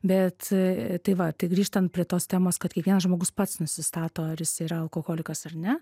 bet tai va tai grįžtant prie tos temos kad kiekvienas žmogus pats nusistato ar jis yra alkoholikas ar ne